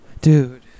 Dude